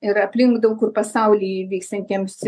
ir aplink daug kur pasauly vyksiantiems